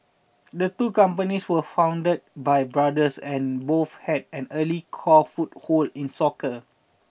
the two companies were founded by brothers and both had an early core foothold in soccer